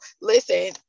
listen